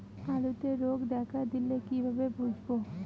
আলুতে রোগ দেখা দিলে কিভাবে বুঝবো?